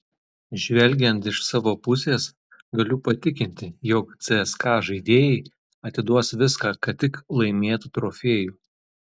žvelgiant iš savo pusės galiu patikinti jog cska žaidėjai atiduos viską kad tik laimėtų trofėjų